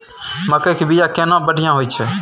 मकई के बीया केना बढ़िया होय छै?